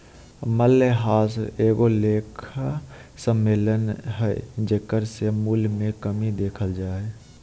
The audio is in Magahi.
मूल्यह्रास एगो लेखा सम्मेलन हइ जेकरा से मूल्य मे कमी देखल जा हइ